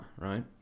Right